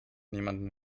niemandem